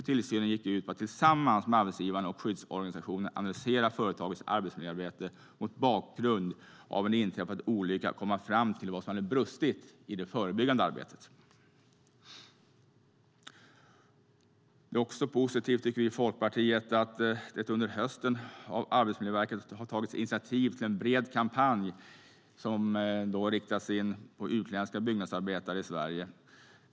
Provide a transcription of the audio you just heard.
Tillsynen gick ut på att tillsammans med arbetsgivaren och skyddsorganisationen analysera företagets arbetsmiljöarbete mot bakgrund av en inträffad olycka och att komma fram till vad som hade brustit i det förebyggande arbetet. Vi i Folkpartiet tycker att det är positivt att det under hösten av Arbetsmiljöverket har tagits initiativ till en bred kampanj inriktad på utländska byggnadsarbetare i Sverige.